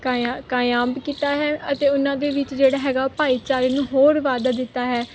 ਕਾਇਆ ਕਾਇਮ ਕੀਤਾ ਹੈ ਅਤੇ ਉਹਨਾਂ ਦੇ ਵਿੱਚ ਜਿਹੜਾ ਹੈਗਾ ਭਾਈਚਾਰੇ ਨੂੰ ਹੋਰ ਵਾਧਾ ਦਿੱਤਾ ਹੈ